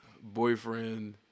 boyfriend